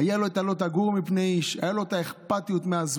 היה לו את ה"לא תגורו מפני איש"; הייתה לו את האכפתיות מהזולת,